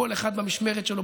כל אחד במשמרת שלו,